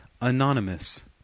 Anonymous